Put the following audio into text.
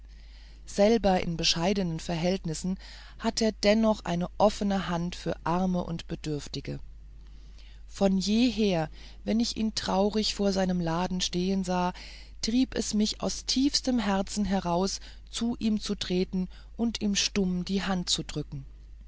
selber in bescheidenen verhältnissen hat er dennoch eine offene hand für arme und bedürftige von jeher wenn ich ihn traurig vor seinem laden stehen sah trieb es mich aus tiefstem herzen heraus zu ihm zu treten und ihm stumm die hand zu drücken